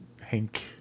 Hank